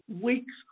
weeks